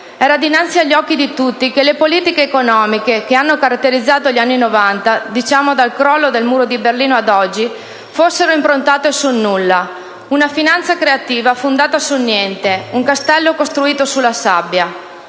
Era dinnanzi agli occhi di tutti che le politiche economiche che hanno caratterizzato gli anni Novanta, diciamo dal crollo del Muro di Berlino ad oggi, fossero improntate sul nulla! Una finanza creativa fondata sul niente, un castello costruito sulla sabbia.